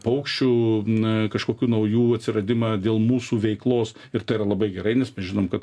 paukščių kažkokių naujų atsiradimą dėl mūsų veiklos ir tai yra labai gerai nes mes žinom kad